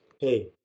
hey